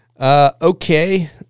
Okay